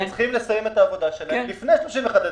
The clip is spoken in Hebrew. צריכים לסיים את העבודה שלהם לפני 31 בדצמבר.